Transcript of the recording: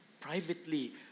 privately